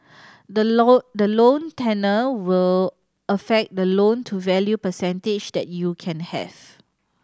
the loan the loan tenure will affect the loan to value percentage that you can have